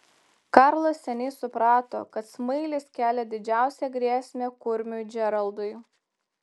karlas seniai suprato kad smailis kelia didžiausią grėsmę kurmiui džeraldui